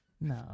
No